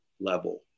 level